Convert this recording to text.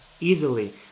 easily